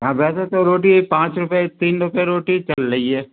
हाँ वैसे तो रोटी पाँच रुपये तीन रूपये रोटी चल रही है